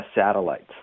satellites